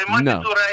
No